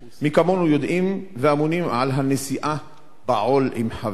מי כמונו יודעים ואמונים על הנשיאה בעול עם חברו,